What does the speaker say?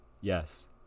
Yes